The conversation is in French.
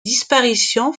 disparition